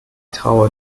traue